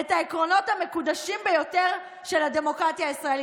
את העקרונות המקודשים ביותר של הדמוקרטיה הישראלית".